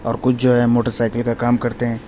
اور کچھ جو ہے موٹر سائیکل کا کام کرتے ہیں